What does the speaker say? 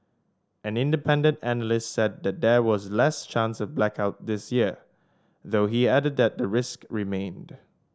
an independent analyst said that there was less chance of blackouts this year though he added that the risk remained